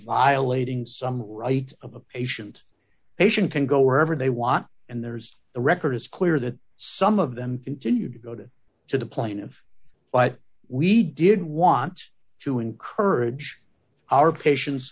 violating some rights of a patient patient can go wherever they want and there's the record is clear that some of them continue to go to to the plain of what we did want to encourage our patients